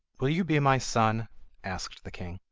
will you be my son asked the king.